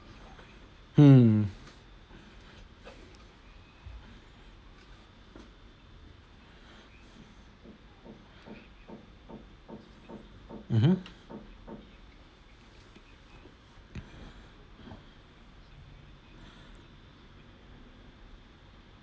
hmm mmhmm